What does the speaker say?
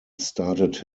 started